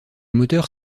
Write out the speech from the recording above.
moteurs